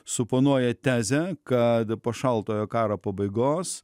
suponuoja tezę kad po šaltojo karo pabaigos